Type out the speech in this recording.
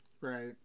Right